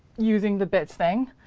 using the bits thing.